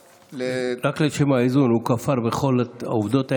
רק לשם האיזון, הוא כפר בכל העובדות האלה,